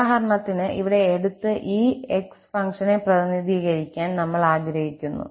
ഉദാഹരണത്തിന് ഇവിടെ എടുത്ത ഈ 𝑥 ഫംഗ്ഷനെ പ്രതിനിധീകരിക്കാൻ നമ്മൾ ആഗ്രഹിക്കുന്നു